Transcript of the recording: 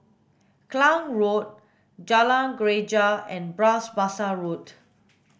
Klang Road Jalan Greja and Bras Basah Road